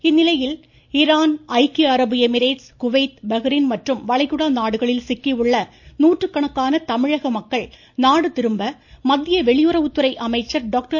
பாலு இந்நிலையில் ஈரான் ஐக்கிய அரபு எமிரேட்ஸ் குவைத் பஹ்ரைன் மற்றும் வளைகுடா நாடுகளில் சிக்கியுள்ள நூற்றுக்கணக்கான தமிழக மக்கள் நாடு திரும்ப மத்திய வெளியுறவுத்துறை அமைச்சர் டாக்டர்